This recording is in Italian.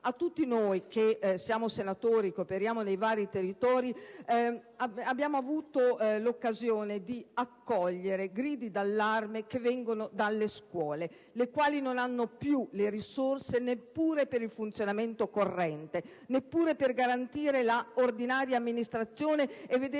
Tutti noi che siamo senatori e che coperiamo nei vari territori abbiamo avuto l'occasione di raccogliere le grida d'allarme che vengono dalle scuole, le quali non hanno più risorse neppure per il funzionamento corrente, neppure per garantire la ordinaria amministrazione e vedere